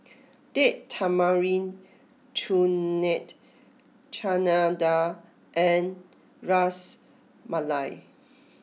Date Tamarind Chutney Chana Dal and Ras Malai